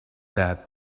that